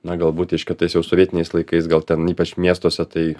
na galbūt reiškia tais jau sovietiniais laikais gal ten ypač miestuose tai